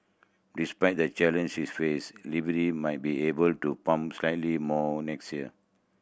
despite the challenge it face Libya might be able to pump slightly more next year